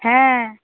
হ্যাঁ